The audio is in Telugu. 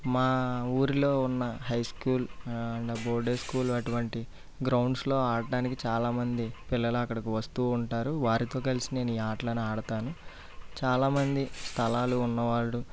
మా ఊరిలో ఉన్న హై స్కూల్ నా బోర్డ్ హై స్కూల్ అటువంటి గ్రౌండ్స్లో ఆడడానికి చాలామంది పిల్లలు అక్కడికి వస్తు ఉంటారు వారితో కలిసి నేను ఈ ఆటలను ఆడతాను చాలామంది స్థలాలు ఉన్నవాళ్ళు